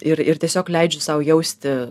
ir ir tiesiog leidžiu sau jausti